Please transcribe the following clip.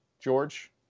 George